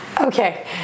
okay